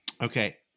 Okay